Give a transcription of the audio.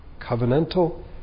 covenantal